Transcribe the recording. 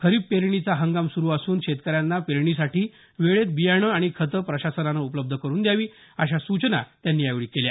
खरीप पेरणीचा हंगाम सुरु असून शेतकऱ्यांना पेरणीसाठी वेळेत बियाणे आणि खते प्रशासनानं उपलब्ध करून द्यावी अशा सूचना त्यांनी यावेळी केली